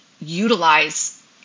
utilize